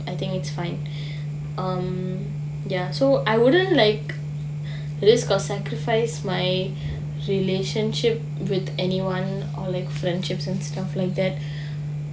I think it's fine um ya so I wouldn't like risk or sacrifice my relationship with anyone or like friendships and stuff like that